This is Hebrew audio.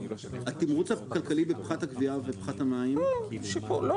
התמרוץ הכלכלי בפחת הגבייה ובפחת המים -- אני לא